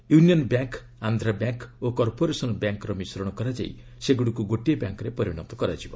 union bank Andhra bank ଓ corporation ବ୍ୟାଙ୍କ୍ର ମିଶ୍ରଣ କରାଯାଇ ସେଗ୍ରଡ଼ିକ୍ ଗୋଟିଏ ବ୍ୟାଙ୍କ୍ରେ ପରିଣତ କରାଯିବ